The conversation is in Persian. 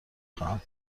خواهم